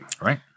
Right